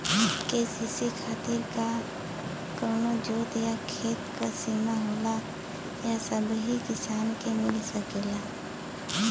KCC खातिर का कवनो जोत या खेत क सिमा होला या सबही किसान के मिल सकेला?